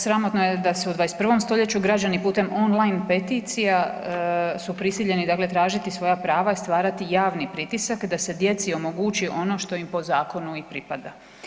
Sramotno je da se u 21. stoljeću građani putem on line peticija su prisiljeni dakle tražiti svoja prava i stvarati javni pritisak da se djeci omogući ono što ih po zakonu i pripada.